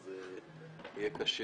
אז יהיה קשה